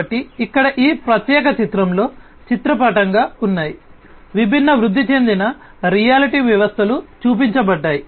కాబట్టి ఇక్కడ ఈ ప్రత్యేక చిత్రంలో చిత్రపటంగా ఉన్నాయి విభిన్న వృద్ధి చెందిన రియాలిటీ వ్యవస్థలు చూపించబడ్డాయి